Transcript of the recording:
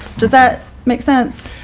does that make sense?